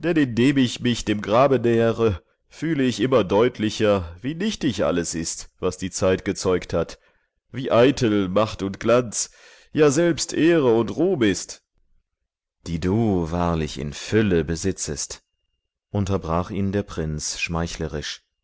ich mich dem grabe nähere fühle ich immer deutlicher wie nichtig alles ist was die zeit gezeugt hat wie eitel macht und glanz ja selbst ehre und ruhm ist die du wahrlich in fülle besitzest unterbrach ihn der prinz